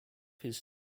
his